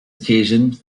occasion